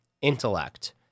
intellect